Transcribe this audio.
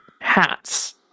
hats